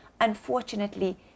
unfortunately